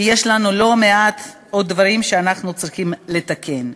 כי יש לנו עוד לא מעט דברים שאנחנו צריכים לתקן.